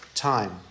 Time